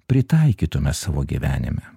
pritaikytume savo gyvenime